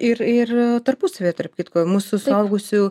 ir ir tarpusavy tarp kitko mūsų suaugusių